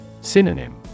Synonym